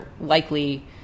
likely